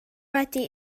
wedi